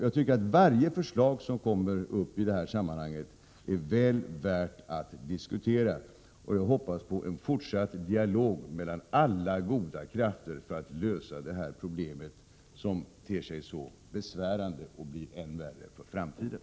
Jag tycker att varje förslag som kommer upp i detta sammanhang är väl värt att diskutera. Jag hoppas på en fortsatt dialog mellan alla goda krafter för att lösa detta problem, som ter sig så besvärande och blir än värre i framtiden.